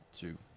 two